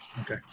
Okay